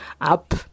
up